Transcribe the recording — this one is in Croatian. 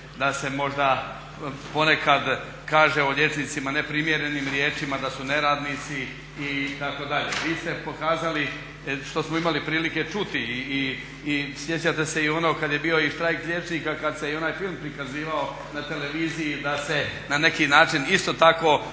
da se možda ponekad kaže o liječnicima neprimjerenim riječima da su neradnici itd. Vi ste pokazali što smo imali prilike čuti i sjećate se onoga kada je bio štrajk liječnika kada se onaj film prikazivao na televiziji da se na neki način isto tako